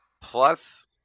plus